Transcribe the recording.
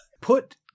put